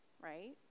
right